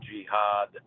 Jihad